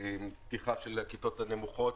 פתיחה של הכיתות הנמוכות,